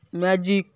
magic